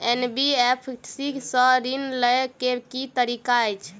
NBFC सँ ऋण लय केँ की तरीका अछि?